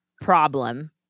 problem